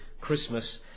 Christmas